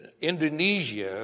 Indonesia